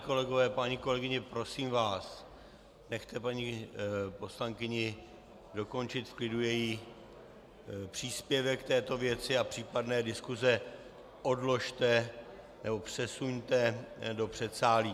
Páni kolegové, paní kolegyně, prosím vás, nechte paní poslankyni dokončit v klidu její příspěvek k této věci a případné diskuse odložte nebo přesuňte do předsálí.